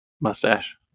mustache